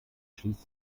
schließt